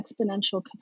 exponential